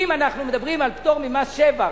אם אנחנו מדברים על פטור ממס שבח,